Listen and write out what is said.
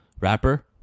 rapper